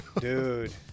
Dude